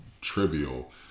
trivial